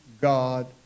God